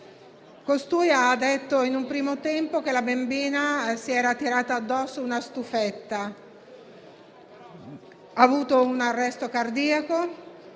Costui ha detto in un primo tempo che la bambina si era tirata addosso una stufetta. La piccola ha avuto un arresto cardiaco